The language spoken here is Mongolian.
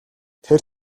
тэр